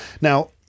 Now